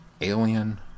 Alien